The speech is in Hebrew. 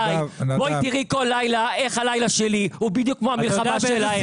בואי תראי כל לילה איך הלילה שלי והוא בדיוק כמו המלחמה שלהם.